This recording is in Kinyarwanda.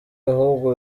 bihugu